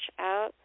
out